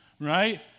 right